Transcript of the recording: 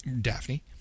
Daphne